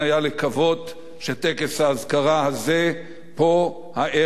שטקס האזכרה הזה פה הערב ליצחק רבין,